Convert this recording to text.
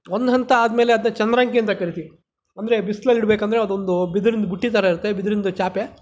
ಒಂದು ಹಂತ ಆದಮೇಲೆ ಅದನ್ನ ಚಂದ್ರಂಗಿ ಅಂತ ಕರಿತೀವಿ ಅಂದರೆ ಬಿಸ್ಲಲ್ಲಿ ಇಡಬೇಕೆಂದ್ರೆ ಅದೊಂದು ಬಿದಿರಿಂದ ಬುಟ್ಟಿ ಥರ ಇರುತ್ತೆ ಬಿದ್ರಿಂದು ಚಾಪೆ